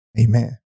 Amen